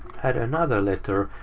add another letter.